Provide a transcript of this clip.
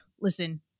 listen